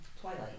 Twilight